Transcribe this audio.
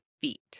feet